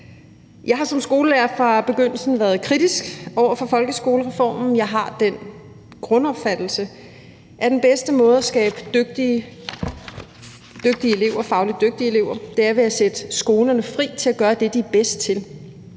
Jeg har som skolelærer fra begyndelsen været kritisk over for folkeskolereformen. Jeg har den grundopfattelse, at den bedste måde at skabe dygtige elever, fagligt dygtige elever på, er at sætte skolerne fri til at gøre det, de er bedst til,